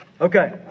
Okay